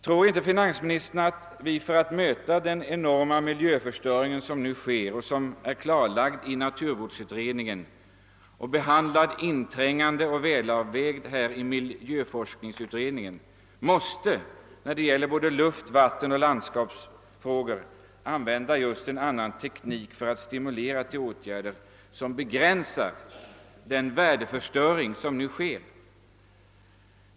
Tror inte finansministern att vi, för att möta den enorma miljöförstöring som nu sker och som är klarlagd av naturvårdsutredningen samt inträngande och välavvägt behandlats av miljöforskningsutredningen, måste när det gäller luft-, vattenoch landskapsfrågor använda just en annan teknik för att stimulera till åtgärder som begränsar den värdeförstöring som nu pågår?